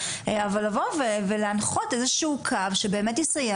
אבל לבוא ולהנחות איזשהו קו שבאמת יסייע